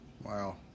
wow